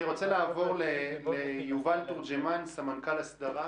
אני רוצה לעבור ליובל תורג'מן, סמנכ"ל ההסדרה